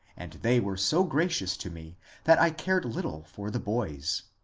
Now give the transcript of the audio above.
and they were so gracious to me that i cared little for the boys.